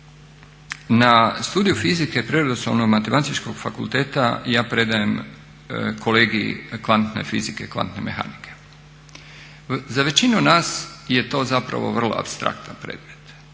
Na studiju fizike Prirodoslovno-matematičkog fakulteta ja predajem kolegij kvantne fizike, kvantne mehanike. Za većinu nas je to zapravo vrlo apstraktan predmet,